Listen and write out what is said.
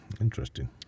interesting